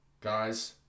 Guys